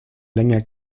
länge